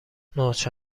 نوچه